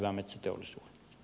arvoisa puhemies